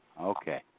okay